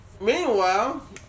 Meanwhile